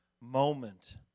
moment